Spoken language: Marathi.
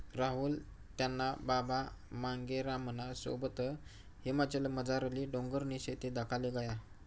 राहुल त्याना बाबा मांगेरामना सोबत हिमाचलमझारली डोंगरनी शेती दखाले गया